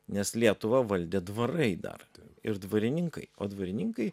nes lietuvą valdė dvarai dar ir dvarininkai o dvarininkai